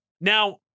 Now